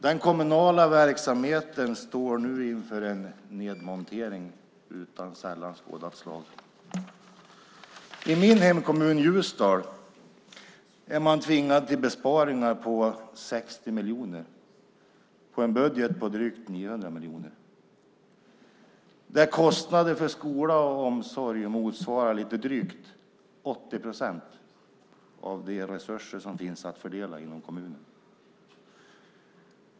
Den kommunala verksamheten står nu inför en nedmontering av sällan skådat slag. I min hemkommun Ljusdal är man tvungen till besparingar på 60 miljoner i en budget på drygt 900 miljoner där kostnader för skola och omsorg motsvarar lite drygt 80 procent av de resurser som finns att fördela inom kommunen.